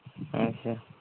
अच्छा